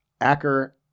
acker